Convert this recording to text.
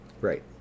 Right